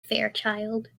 fairchild